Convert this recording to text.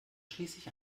schließlich